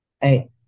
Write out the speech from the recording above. Hey